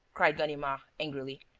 cried ganimard, angrily.